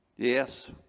Yes